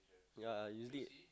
ya usually